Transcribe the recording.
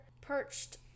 perched